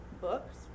books